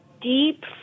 deep